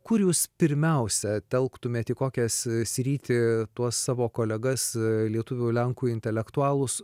kur jūs pirmiausia telktumėt į kokią sritį tuos savo kolegas lietuvių lenkų intelektualus